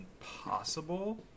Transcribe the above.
impossible